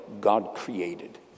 God-created